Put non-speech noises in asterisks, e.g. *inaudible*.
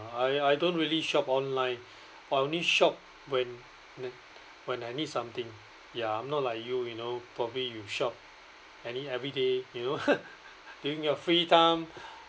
I I don't really shop online I only shop when when I need something ya I'm not like you you know probably you shop any everyday you know *laughs* during your free time